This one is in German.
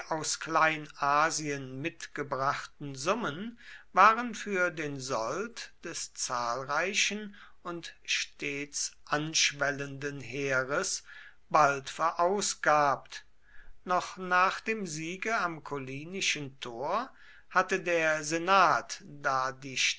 aus kleinasien mitgebrachten summen waren für den sold des zahlreichen und stets anschwellenden heeres bald verausgabt noch nach dem siege am collinischen tor hatte der senat da die